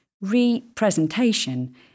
re-presentation